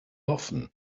often